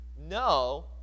no